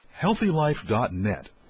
HealthyLife.net